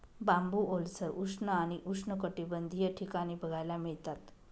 बांबू ओलसर, उष्ण आणि उष्णकटिबंधीय ठिकाणी बघायला मिळतात